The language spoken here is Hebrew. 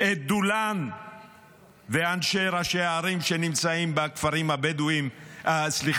את דולאן וראשי הערים שנמצאים בכפרים הדרוזיים